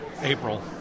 April